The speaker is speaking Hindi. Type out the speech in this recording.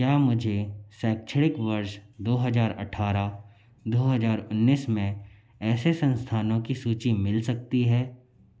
क्या मुझे शैक्षणिक वर्ष दो हज़ार अठारह दो हज़ार उन्नीस में ऐसे संस्थानों की सूची मिल सकती है